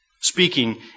speaking